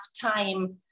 time